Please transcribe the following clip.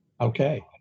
Okay